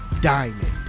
diamond